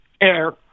air